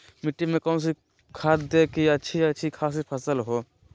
मिट्टी में कौन सा खाद दे की अच्छी अच्छी खासी फसल हो?